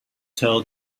tell